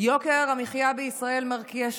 יוקר המחיה בישראל מרקיע שחקים,